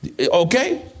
okay